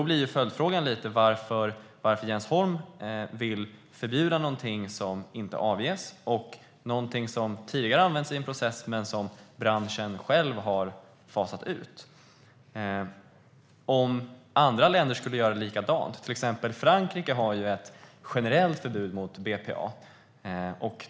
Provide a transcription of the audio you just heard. Då blir följdfrågan: Varför vill Jens Holm förbjuda någonting som inte avger något farligt och någonting som tidigare har använts i en process men som branschen själv har fasat ut? Hur skulle det bli om andra länder skulle göra likadant? Frankrike, till exempel, har ett generellt förbud mot BPA.